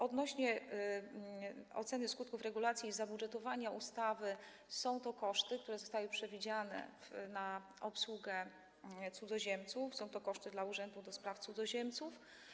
Odnośnie do oceny skutków regulacji i zabudżetowania ustawy: są to koszty, które zostały przewidziane na obsługę cudzoziemców, są to koszty dla Urzędu do Spraw Cudzoziemców.